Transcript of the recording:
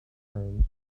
terms